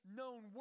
known